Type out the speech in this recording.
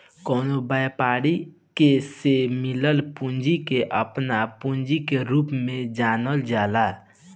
कवनो व्यवसायी के से मिलल पूंजी के आपन पूंजी के रूप में जानल जाला